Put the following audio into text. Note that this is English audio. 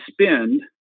spend